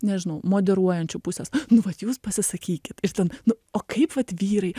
nežinau moderuojančių pusės nu vat jūs pasisakykit ir ten nu o kaip vat vyrai